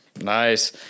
Nice